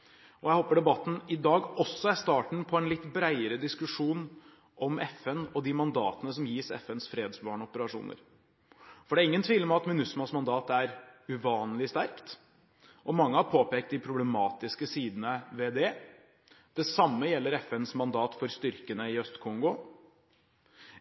ettertiden. Jeg håper debatten i dag også er starten på en litt bredere diskusjon om FN og de mandatene som gis FNs fredsbevarende operasjoner, for det er ingen tvil om at MINUSMAs mandat er uvanlig sterkt. Mange har påpekt de problematiske sidene ved det. Det samme gjelder FNs mandat for styrkene i Øst-Kongo.